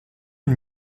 une